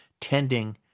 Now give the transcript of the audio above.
tending